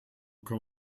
kann